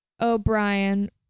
O'Brien